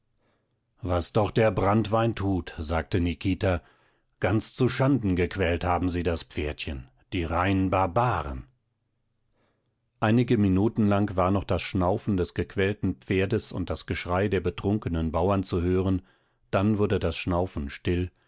was doch der branntwein tut sagte nikita ganz zuschanden gequält haben sie das pferdchen die reinen barbaren einige minuten lang war noch das schnaufen des gequälten pferdes und das geschrei der betrunkenen bauern zu hören dann wurde das schnaufen still